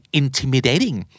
intimidating